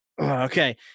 Okay